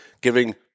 giving –